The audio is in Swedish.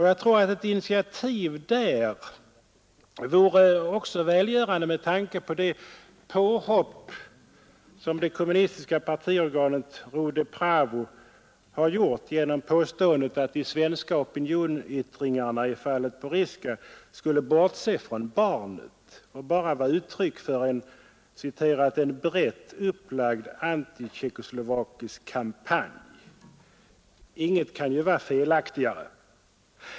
Jag tror att ett initiativ där vore välgörande också med tanke på det påhopp som det kommunistiska partiorganet Rude Pravo har gjort genom påståendet att de svenska opinionsyttringarna i fallet Porizka skulle bortse från barnet och bara vara uttryck för ”en brett upplagd antitjeckoslovakisk kampanj”. Inget kan ju vara felaktigare.